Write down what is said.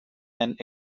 and